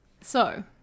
so-